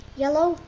yellow